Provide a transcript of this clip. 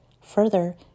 Further